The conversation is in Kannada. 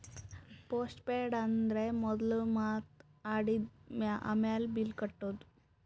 ಪೋಸ್ಟ್ ಪೇಯ್ಡ್ ಅಂದುರ್ ಮೊದುಲ್ ಮಾತ್ ಆಡದು, ಆಮ್ಯಾಲ್ ಬಿಲ್ ಕಟ್ಟದು